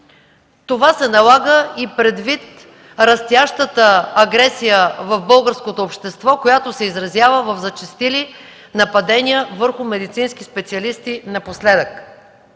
Това се налага предвид растящата агресия в българското общество, изразяваща се в зачестили нападения върху медицински специалисти напоследък.